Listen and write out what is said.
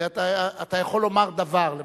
אתה יכול לומר דבר,